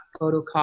photocopy